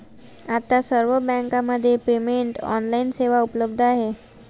आता सर्व बँकांमध्ये पेमेंट ऑनलाइन सेवा उपलब्ध आहे